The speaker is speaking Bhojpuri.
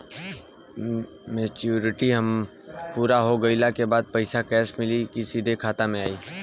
मेचूरिटि पूरा हो गइला के बाद पईसा कैश मिली की सीधे खाता में आई?